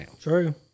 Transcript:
True